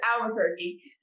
Albuquerque